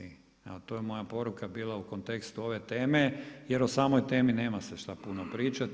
Evo, to je moja poruka bila u kontekstu ove teme jer o samoj temi nema se šta puno pričati.